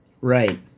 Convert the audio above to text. Right